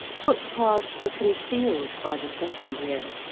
footpaths were concealed by the second year,